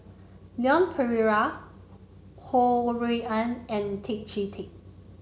Leon Perera Ho Rui An and Tan Chee Teck